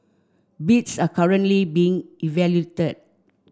bids are currently being